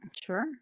Sure